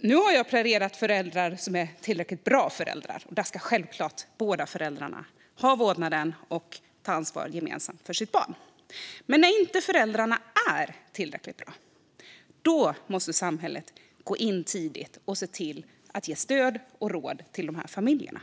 Nu har jag pläderat för föräldrar som är tillräckligt bra föräldrar. Och där ska självklart båda föräldrarna ha vårdnaden och ta gemensamt ansvar för sitt barn. Men när föräldrarna inte är tillräckligt bra måste samhället gå in tidigt och se till att ge stöd och råd till dessa familjer.